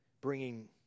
bringing